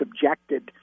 subjected